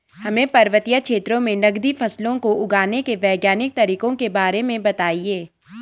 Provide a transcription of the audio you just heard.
हमें पर्वतीय क्षेत्रों में नगदी फसलों को उगाने के वैज्ञानिक तरीकों के बारे में बताइये?